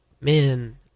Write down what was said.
Man